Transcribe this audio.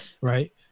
Right